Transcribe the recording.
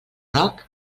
roc